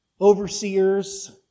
overseers